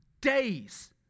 Days